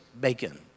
bacon